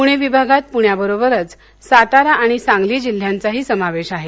पुणे विभागात पुण्याबरोबरच सातारा आणि सांगली जिल्ह्यांचाही समावेश आहे